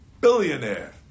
billionaire